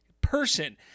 person